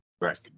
Right